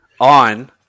On